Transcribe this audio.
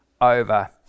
over